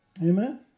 Amen